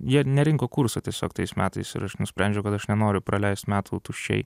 jie nerinko kurso tiesiog tais metais ir aš nusprendžiau kad aš nenoriu praleist metų tuščiai